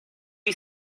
you